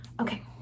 Okay